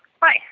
Bye